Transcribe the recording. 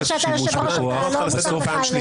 חבר הכנסת רוטמן, אני אגיד לך רק משהו אחד.